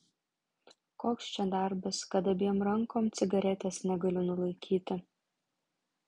koks čia darbas kad abiem rankom cigaretės negaliu nulaikyti